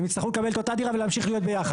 הם יצטרכו לקבל את אותה דירה ולהמשיך להיות ביחד.